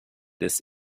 des